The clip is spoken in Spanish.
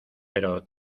pero